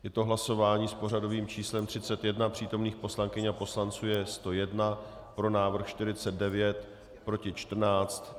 Je to hlasování s pořadovým číslem 31, přítomných poslankyň a poslanců je 101, pro návrh 49, proti 14.